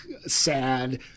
sad